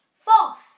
False